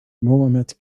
mohammed